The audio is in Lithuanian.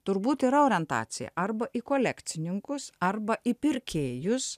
turbūt yra orientacija arba į kolekcininkus arba į pirkėjus